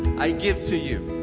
i give to you